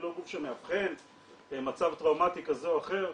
היא לא גוף שמאבחן מצב טראומטי כזה או אחר.